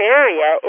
area